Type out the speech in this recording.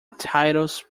titles